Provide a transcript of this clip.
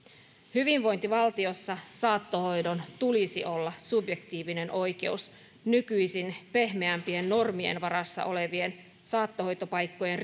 hyvinvointivaltiossa saattohoidon tulisi olla subjektiivinen oikeus nykyisin pehmeämpien normien varassa olevien saattohoitopaikkojen